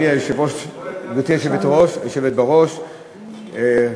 גברתי היושבת בראש,